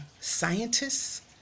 Scientists